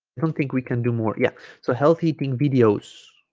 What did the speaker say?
don't think we can do more yeah so health eating videos